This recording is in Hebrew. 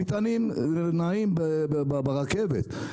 המטענים נעים ברכבת,